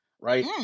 right